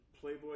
Playboy